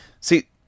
see